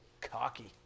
cocky